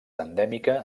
endèmica